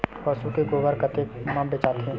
पशु के गोबर कतेक म बेचाथे?